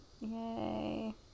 Yay